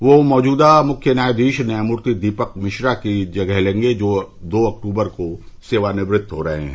वह मौजूदा मुख्य न्यायाधीश न्यायमूर्ति दीपक मिश्रा की जगह लेंगे जो दो अक्टूबर को सेवानिवृत्त हो रहे हैं